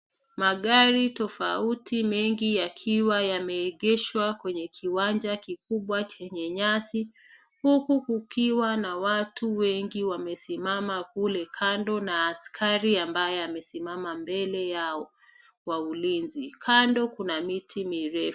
Magari tofauti mengi yakiwa yameegeshwa kwenye kiwanja kikubwa chenye nyasi huku kukiwa na watu wengi wamesimama kule kando na askari ambaye amesimama mbele yao kwa ulinzi. Kando kuna miti mirefu.